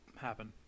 happen